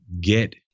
get